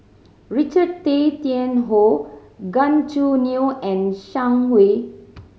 Richard Tay Tian Hoe Gan Choo Neo and Zhang Hui